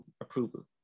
approval